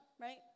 right